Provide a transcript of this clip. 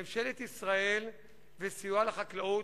ממשלת ישראל בסיועה לחקלאות,